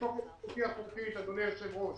מתוקף זכותי החוקית, אדוני היושב-ראש,